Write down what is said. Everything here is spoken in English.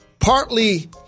Partly